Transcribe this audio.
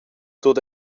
tut